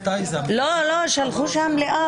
אושר אושר פה אחד.